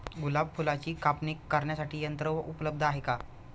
गुलाब फुलाची कापणी करण्यासाठी यंत्र उपलब्ध आहे का?